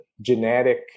genetic